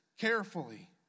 carefully